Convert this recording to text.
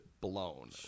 blown